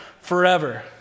forever